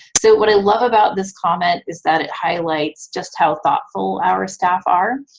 so what i love about this comment is that it highlights just how thoughtful our staff are.